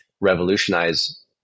revolutionize